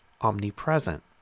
omnipresent